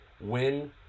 win